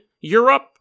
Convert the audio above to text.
Europe